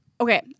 Okay